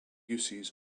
uses